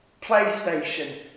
PlayStation